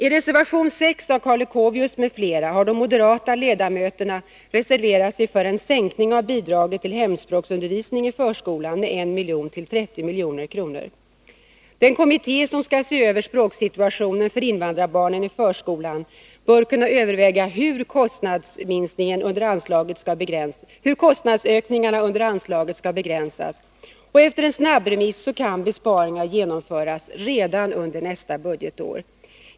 I reservation 6 av Karl Leuchovius m.fl. har de moderata ledamöterna reserverat sig för en sänkning av bidraget till hemspråksundervisning i förskolan med 1 miljon till 30 milj.kr. Den kommitté som skall se över språksituationen för invandrarbarnen i förskolan bör kunna överväga hur kostnadsökningarna under anslaget skall begränsas, och efter en snabbremiss kan besparingar genomföras redan under nästa budgetår.